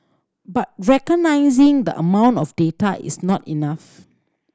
but recognising the amount of data is not enough